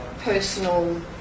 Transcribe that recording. personal